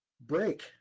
break